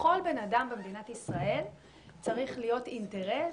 לכל בן אדם במדינת ישראל צריך להיות אינטרס